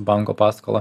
banko paskolą